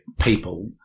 people